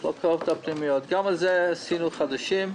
גם על זה עשינו חדשים.